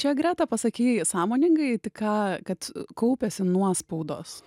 čia greta pasakei sąmoningai tik ką kad kaupiasi nuospaudos